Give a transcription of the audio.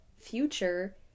future